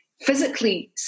physically